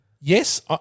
yes